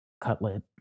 cutlet